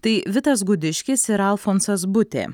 tai vitas gudiškis ir alfonsas butė